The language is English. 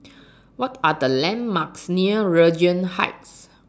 What Are The landmarks near Regent Heights